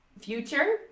future